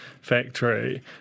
factory